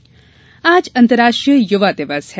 युवा दिवस आज अंतर्राष्ट्रीय युवा दिवस है